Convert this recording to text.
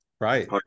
right